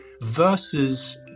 versus